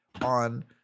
On